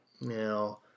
Now